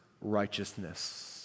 righteousness